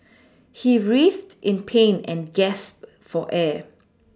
he writhed in pain and gasped for air